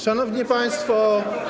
Szanowni państwo.